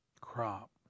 crop